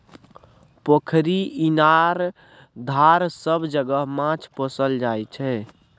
पोखरि, इनार, धार सब जगह माछ पोसल जाइ छै